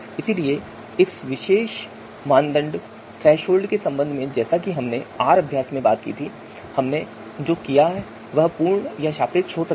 इसलिए उस विशेष मानदंड थ्रेसहोल्ड के संबंध में जैसा कि हमने आर अभ्यास में बात की थी कि हमने जो किया वह पूर्ण या सापेक्ष हो सकता है